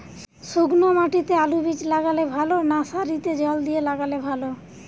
শুক্নো মাটিতে আলুবীজ লাগালে ভালো না সারিতে জল দিয়ে লাগালে ভালো?